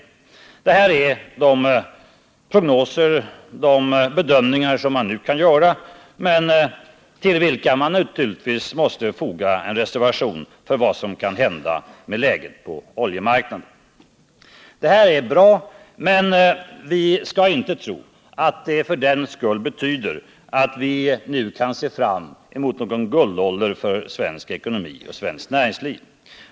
Det här är de bedömningar som man nu kan göra, men till vilka man naturligtvis måste foga en reservation för vad som kan hända med läget på oljemarknaden. Det här är bra, men vi skall inte tro att det för den skull betyder att vi nu kan se fram emot någon ny guldålder för svenskt näringsliv och svensk ekonomi.